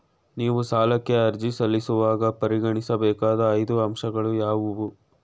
ನೀವು ಸಾಲಕ್ಕೆ ಅರ್ಜಿ ಸಲ್ಲಿಸುವಾಗ ಪರಿಗಣಿಸಬೇಕಾದ ಐದು ಅಂಶಗಳು ಯಾವುವು?